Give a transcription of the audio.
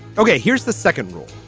ok here's the second rule.